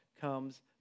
comes